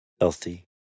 healthy